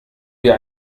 wir